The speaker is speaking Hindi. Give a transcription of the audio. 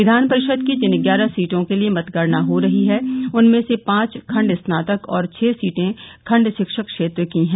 विधान परिषद की जिन ग्यारह सीटों के लिए मतगणना हो रही है उनमें से पांच खंड स्नातक और छह सीटें खंड शिक्षक क्षेत्र की हैं